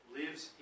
lives